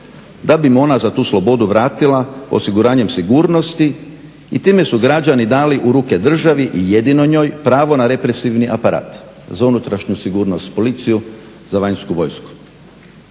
da bi im ona za tu slobodu vratila osiguranjem sigurnosti i time su građani dali u ruke državi i jedino njoj pravo na represivni aparat za unutrašnju sigurnost policiju, za vanjsku vojsku.